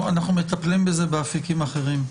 אנחנו מטפלים בזה באפיקים אחרים.